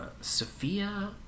Sophia